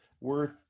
Worth